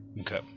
okay